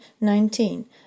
nineteen